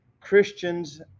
Christians